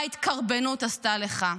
מה ההתקרבנות עשתה לך?